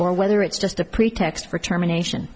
or whether it's just a pretext for termination